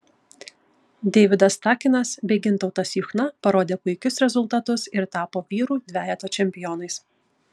deividas takinas bei gintautas juchna parodė puikius rezultatus ir tapo vyrų dvejeto čempionais